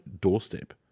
doorstep